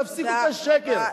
תפסיקו את השקר,